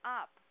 up